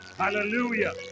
Hallelujah